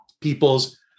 people's